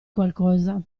qualcosa